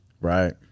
right